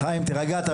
חיים, תירגע.